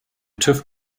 tüv